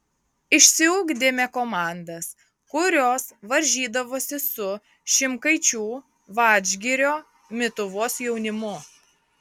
išsiugdėme komandas kurios varžydavosi su šimkaičių vadžgirio mituvos jaunimu